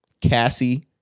Cassie